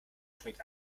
schmeckt